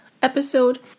episode